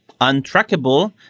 untrackable